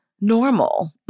normal